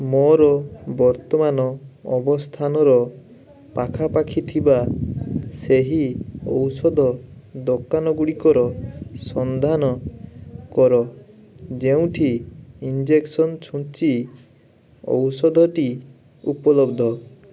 ମୋର ବର୍ତ୍ତମାନ ଅବସ୍ଥାନର ପାଖାପାଖି ଥିବା ସେହି ଔଷଧ ଦୋକାନ ଗୁଡ଼ିକର ସନ୍ଧାନ କର ଯେଉଁଠି ଇଞ୍ଜେକ୍ସନ୍ ଛୁଞ୍ଚି ଔଷଧଟି ଉପଲବ୍ଧ